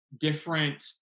different